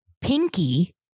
pinky